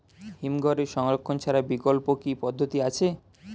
হিমঘরে সংরক্ষণ ছাড়া বিকল্প কি পদ্ধতি আছে?